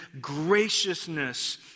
graciousness